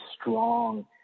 strong